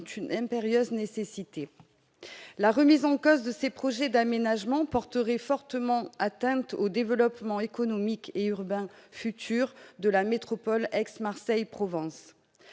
une impérieuse nécessité la remise en cause de ces projets d'aménagement porterait fortement atteinte au développement économique et urbain futur de la métropole Aix-Marseille-Provence,